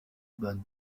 bon